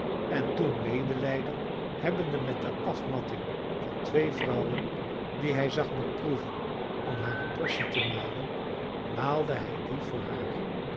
en toen medelijden hebbende met de afmatting van twee vrouwen die hij zag beproeven om hare portie te malen maalde hij die voor haar